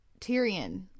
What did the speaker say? Tyrion